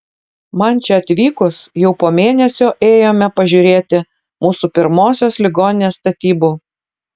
man čia atvykus jau po mėnesio ėjome pažiūrėti mūsų pirmosios ligoninės statybų